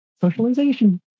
socialization